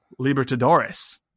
Libertadores